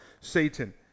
Satan